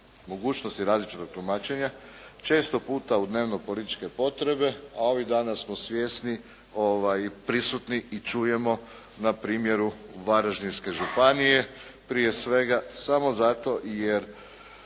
mogućnosti različitog tumačenja često puta u dnevno-političke potrebe, a ovih dana smo svjesni, prisutni i čujemo na primjeru Varaždinske županije prije svega samo zato jer